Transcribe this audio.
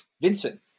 Vincent